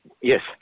Yes